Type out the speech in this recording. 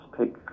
take